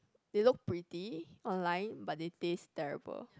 they look pretty online but they taste terrible